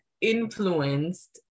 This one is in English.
influenced